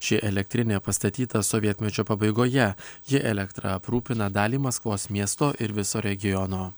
ši elektrinė pastatyta sovietmečio pabaigoje ji elektra aprūpina dalį maskvos miesto ir viso regiono